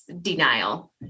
denial